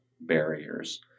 barriers